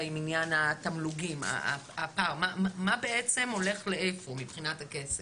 מה בעצם הולך לאן בכסף?